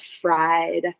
fried